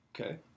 Okay